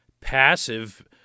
passive